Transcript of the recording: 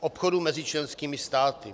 obchodu mezi členskými státy.